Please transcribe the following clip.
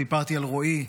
סיפרתי על רועי,